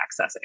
accessing